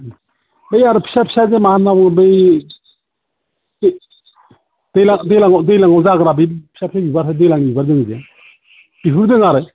बै आरो फिसा फिसा जे मा होनना बुङो बै बे दैज्लाङाव दैलाङाव जाग्रा बै फिसा फिसा बिबार दैज्लांनि बिबार दङ जे बेफोरबो दङ आरो